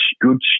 good